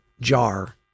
jar